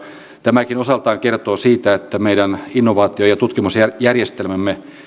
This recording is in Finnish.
tämäkin osaltaan kertoo siitä että meidän innovaatio ja tutkimusjärjestelmämme